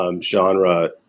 genre